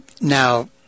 Now